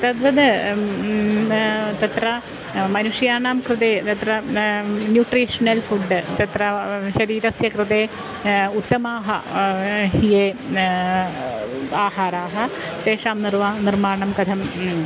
तद्वत् तत्र मनुष्याणां कृते तत्र न्यूट्रिश्नल् फ़ुड् तत्र शरीरस्य कृते उत्तमाः ये न आहाराणि तेषां निर्वा निर्माणं कथं